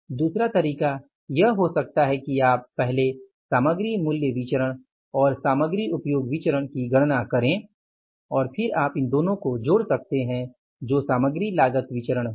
दूसरा तरीका यह हो सकता है कि आप पहले सामग्री मूल्य विचरण और सामग्री उपयोग विचरण की गणना करें और फिर आप इन दोनों को जोड़ सकते हैं जो सामग्री लागत विचरण होगा